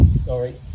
Sorry